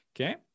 Okay